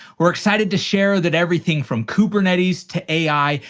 we're excited to share that everything from kubernetes to ai,